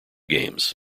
games